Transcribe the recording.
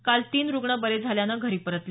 काल तीन रुग्ण बरे झाल्यानं घरी परतले